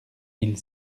mille